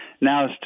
Now